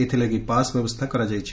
ଏଥିଲାଗି ପାସ୍ ବ୍ୟବସ୍କା କରାଯାଇଛି